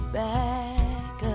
back